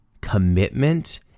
commitment